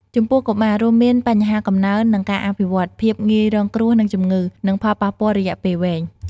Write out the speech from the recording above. ចំពោះកុមារ រួមមាន បញ្ហាកំណើន និងការអភិវឌ្ឍន៍ ភាពងាយរងគ្រោះនឹងជំងឺ និងផលប៉ះពាល់រយៈពេលវែង។